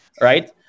right